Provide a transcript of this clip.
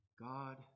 God